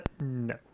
No